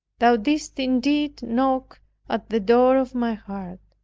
thou didst indeed knock at the door of my heart.